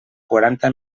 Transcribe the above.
quaranta